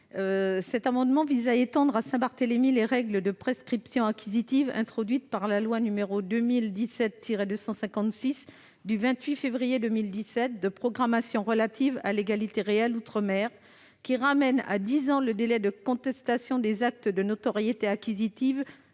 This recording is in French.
Cet amendement vise à étendre à Saint-Barthélemy les règles de prescription acquisitive introduites par la loi n° 2017-256 du 28 février 2017 de programmation relative à l'égalité réelle outre-mer, qui ramènent à dix ans le délai de contestation des actes de notoriété acquisitive